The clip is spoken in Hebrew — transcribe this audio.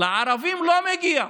לערבים לא מגיע.